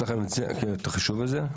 הרשימה הערבית המאוחדת): יש לכם את החישוב הזה?